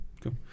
cool